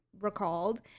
recalled